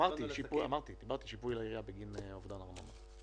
אמרתי שיפוי לעירייה בגין אובדן ארנונה.